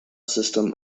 system